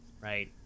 right